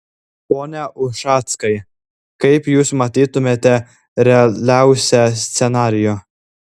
pone ušackai kaip jūs matytumėte realiausią scenarijų